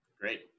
Great